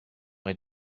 est